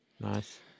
Nice